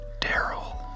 daryl